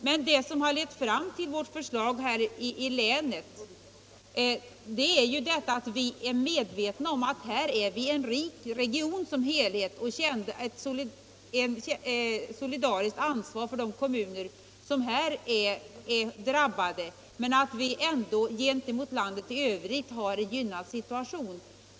Men det som har lett fram till vårt förslag här i länet är ju att vi som har en rik region som helhet kände ett solidariskt ansvar för de kommuner som här är drabbade. Vi har ändå gentemot landet i övrigt en gynnad situation.